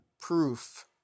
Proof